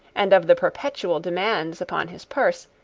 and of the perpetual demands upon his purse,